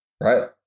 right